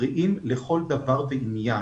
בריאים לכל דבר ועניין